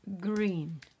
green